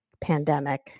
pandemic